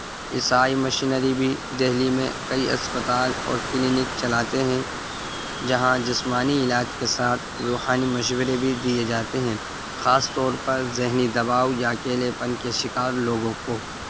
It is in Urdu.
عیسائی مشینری بھی دہلی میں کئی اسپتال اور کلینک چلاتے ہیں جہاں جسمانی علاج کے ساتھ روحانی مشورے بھی دیے جاتے ہیں خاص طور پر ذہنی دباؤ یا اکیلے پن کے شکار لوگوں کو